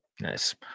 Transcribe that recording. Nice